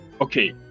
okay